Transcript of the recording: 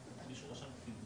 ואחר כך נפתח את זה לסבב.